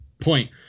point